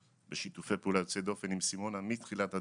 בשיתופי פעולה יוצא דופן עם סימונה מתחילת הדרך,